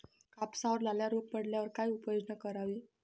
कापसावर लाल्या रोग पडल्यावर काय उपाययोजना करावी?